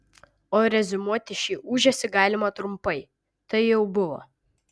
o reziumuoti šį ūžesį galima trumpai tai jau buvo